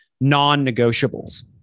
non-negotiables